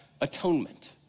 atonement